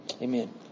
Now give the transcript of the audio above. Amen